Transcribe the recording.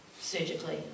surgically